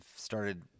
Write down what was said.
started